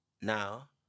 now